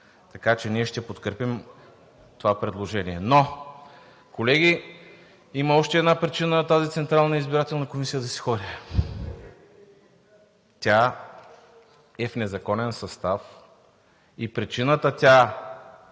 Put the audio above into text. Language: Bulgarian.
така че ние ще го подкрепим. Но, колеги, има още една причина тази Централна избирателна комисия да си ходи. Тя е в незаконен състав и причината да